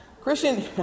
Christian